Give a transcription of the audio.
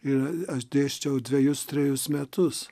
ir aš dėsčiau dvejus trejus metus